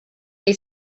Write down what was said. they